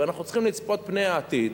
ואנחנו צריכים לצפות פני עתיד,